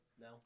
No